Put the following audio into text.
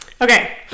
Okay